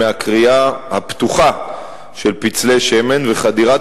מהכרייה הפתוחה של פצלי שמן וחדירת